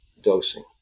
dosing